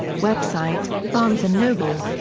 website barnes and noble.